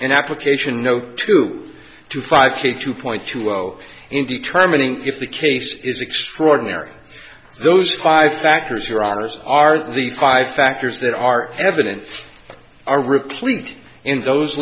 and application no two to five k two point two zero in determining if the case is extraordinary those five factors are ours are the five factors that are evidence are replete in those